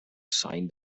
sign